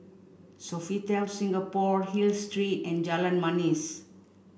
Sofitel Singapore Hill Street and Jalan Manis